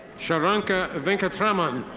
sharanka venkatraman.